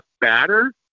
batter